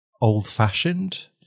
old-fashioned